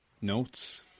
notes